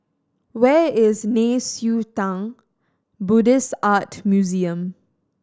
where is Nei Xue Tang Buddhist Art Museum